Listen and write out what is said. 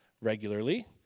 regularly